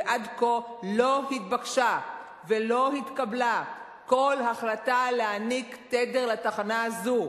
ועד כה לא התבקשה ולא התקבלה כל החלטה להעניק תדר לתחנה זו.